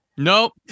Nope